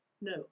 No